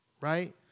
Right